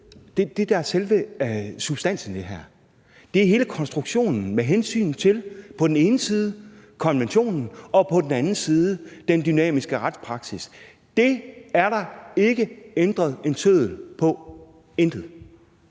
det, der er selve substansen i det her, er hele konstruktionen med hensyn til på den ene side konventionen og på den anden side den dynamiske retspraksis. Det er der ikke ændret en tøddel ved – intet.